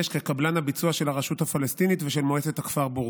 כקבלן הביצוע של הרשות הפלסטינית ושל מועצת הכפר בורקה.